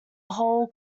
whole